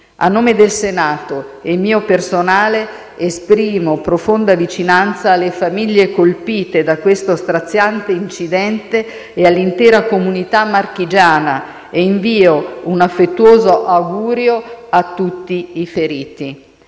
A nome del Senato e mio personale esprimo profonda vicinanza alle famiglie colpite da questo straziante incidente e all'intera comunità marchigiana e invio un affettuoso augurio a tutti i feriti.